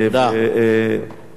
טוב, תודה רבה.